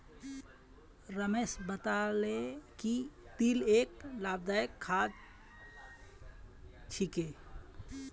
रमेश बताले कि तिल एक लाभदायक खाद्य छिके